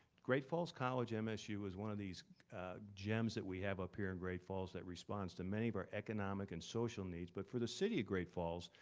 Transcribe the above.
great falls college and msu is one of these gems that we have up here in great falls that responds to many of our economic and social needs, but for the city of great falls,